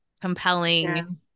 compelling